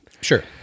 Sure